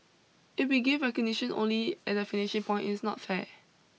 if we give recognition only at the finishing point it's not fair